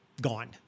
gone